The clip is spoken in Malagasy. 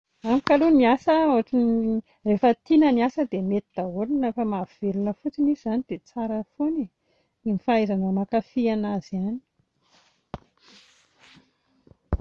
Amiko aloha ny asa, rehefa tiana ny asa dia mety daholo, rehefa mahavelona fotsiny iny izany dia tsara foana e, ny fahaizanao mankafy azy ihany